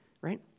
right